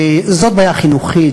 וזאת בעיה חינוכית,